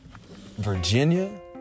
Virginia